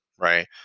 right